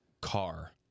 car